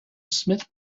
smith